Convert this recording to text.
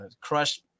crushed